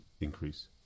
increase